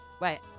wait